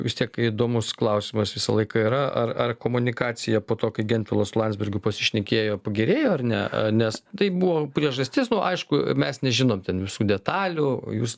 vis tiek įdomus klausimas visą laiką yra ar ar komunikacija po to kai gentvilas su landsbergiu pasišnekėjo pagerėjo ar ne nes tai buvo priežastis nu aišku mes nežinom visų detalių jūs